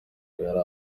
yari